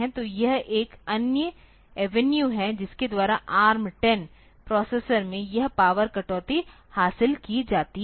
तो यह एक अन्य एवेन्यू है जिसके द्वारा ARM10 प्रोसेसर में यह पावर कटौती हासिल की जाती है